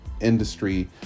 industry